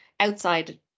outside